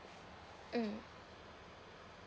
mm